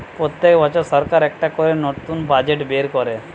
পোত্তেক বছর সরকার একটা করে নতুন বাজেট বের কোরে